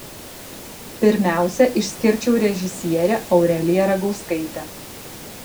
pirmiausia išskirčiau režisierę aureliją ragauskaitę